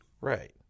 Right